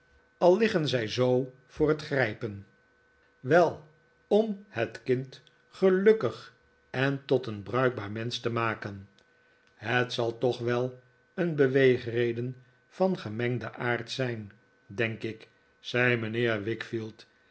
al liggen zij zoo voor het grijpen wei om het kind gelukkig en tot een bruikbaar mensch te maken het zal toch wel een beweegreden van gemengden aard zijn denk ik zei mijnheer